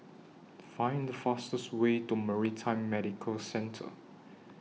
Find The fastest Way to Maritime Medical Centre